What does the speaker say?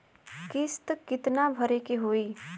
किस्त कितना भरे के होइ?